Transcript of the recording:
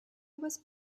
was